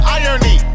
irony